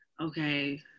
okay